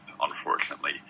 unfortunately